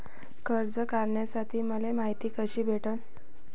कर्ज काढासाठी मले मायती कशी भेटन?